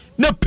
no